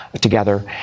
together